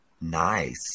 Nice